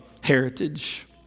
heritage